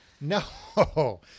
No